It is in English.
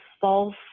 false